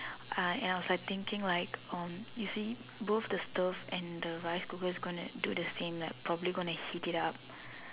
I and I was like thinking like um you see both the stove and the rice cooker is going to do the same like probably going to heat it up